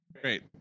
Great